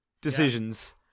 decisions